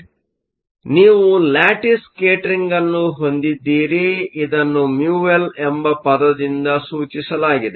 ಆದ್ದರಿಂದ ನೀವು lattice scattering ಅನ್ನು ಹೊಂದಿದ್ದೀರಿ ಇದನ್ನು ಮ್ಯೂಎಲ್μL ಎಂಬ ಪದದಿಂದ ಸೂಚಿಸಲಾಗಿದೆ